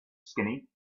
skinny